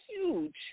huge